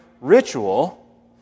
ritual